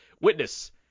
Witness